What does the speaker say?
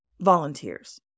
volunteers